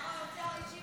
הוא האשים גם את מפא"י.